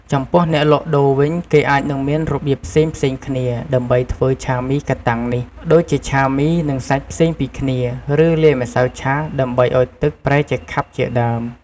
ចំពោះអ្នកលក់ដូរវិញ គេអាចនឹងមានរបៀបផ្សេងៗគ្នា ដើម្បីធ្វើឆាមីកាតាំងនេះ ដូចជាឆាមី និងសាច់ផ្សេងពីគ្នា ឬលាយម្សៅឆាដើម្បីឱ្យទឹកប្រែជាខាប់ជាដើម។